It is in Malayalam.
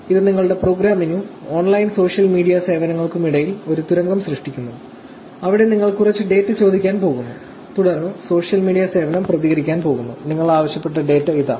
ഇത് നിങ്ങളുടെ പ്രോഗ്രാമിനും ഓൺലൈൻ സോഷ്യൽ മീഡിയ സേവനങ്ങൾക്കുമിടയിൽ ഒരു തുരങ്കം സൃഷ്ടിക്കുന്നു അവിടെ നിങ്ങൾ കുറച്ച് ഡാറ്റ ചോദിക്കാൻ പോകുന്നു തുടർന്ന് സോഷ്യൽ മീഡിയ സേവനം പ്രതികരിക്കാൻ പോകുന്നു നിങ്ങൾ ആവശ്യപ്പെട്ട ഡാറ്റ ഇതാ